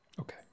Okay